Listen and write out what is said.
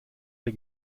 der